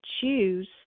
choose